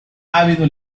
ávido